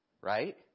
right